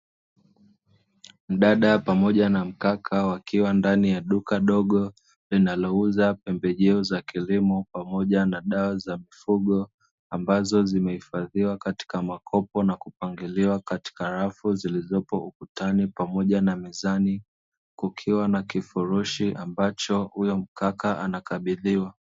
Mdada pamoja na mkaka wakiwa ndani ya duka dogo linalouza pembejeo za kilimo pamoja na dawa za mifugo, ambazo zimehifadhiwa katika makopo na kupangiliwa katika rafu zilizopo ukutani pamoja na mizani, kukiwa na kifurushi ambacho huyo mkaka anakabidhiwa.